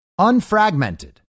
unfragmented